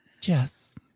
Jess